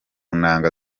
nanga